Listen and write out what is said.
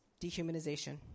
Dehumanization